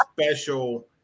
special